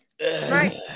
Right